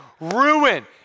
ruin